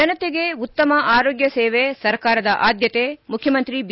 ಜನತೆಗೆ ಉತ್ತಮ ಆರೋಗ್ಯ ಸೇವೆ ಸರ್ಕಾರದ ಆದ್ಯತೆ ಮುಖ್ಯಮಂತ್ರಿ ಬಿ